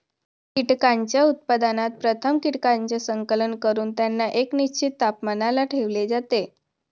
कीटकांच्या उत्पादनात प्रथम कीटकांचे संकलन करून त्यांना एका निश्चित तापमानाला ठेवले जाते